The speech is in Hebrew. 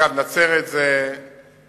אגב, בנצרת זה מכון.